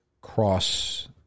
cross